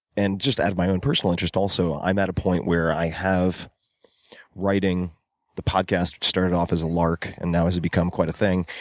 and just out of my own personal interest, also. i'm at a point where i have writing the podcast started off as a lark and now has become quite a thing.